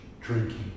drinking